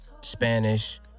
Spanish